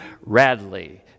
Radley